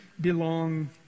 belong